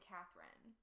Catherine